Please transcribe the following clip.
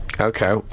Okay